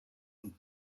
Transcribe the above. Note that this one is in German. und